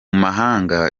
mahanga